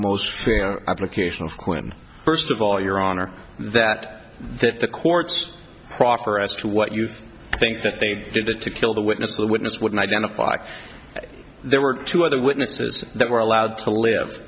most fair application of quinn first of all your honor that that the court's proffer as to what you think that they'd do the to kill the witness the witness wouldn't identify there were two other witnesses that were allowed to live